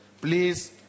please